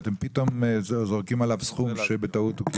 ואתם פתאום זורקים עליו סכום שהוא קיבל